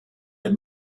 der